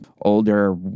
older